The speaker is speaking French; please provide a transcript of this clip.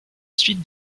suite